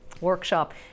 workshop